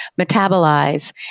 metabolize